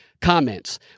comments